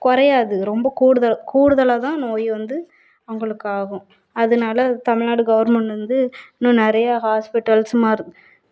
குறையாது ரொம்ப கூடுதல் கூடுதலாகதான் நோய் வந்து அவங்களுக்கு ஆகும் அதனால தமிழ்நாடு கவர்மெண்ட் வந்து இன்னும் நிறையா ஹாஸ்பிட்டல்ஸ் மரு